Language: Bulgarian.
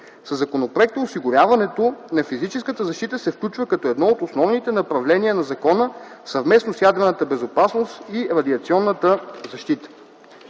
Със законопроекта осигуряването на физическата защита се включва като едно от основните направления на закона, съвместно с ядрената безопасност и радиационната защита.